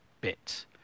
bit